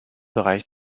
bereich